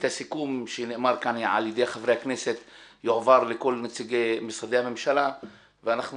הסיכום שנאמר כאן על ידי חברי הכנסת יועבר לכל נציגי משרדי הממשלה ואנחנו